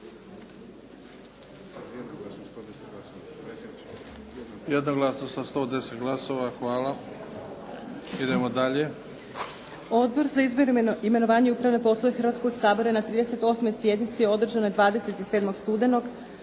Jednoglasno sa 110 glasova. Idemo dalje.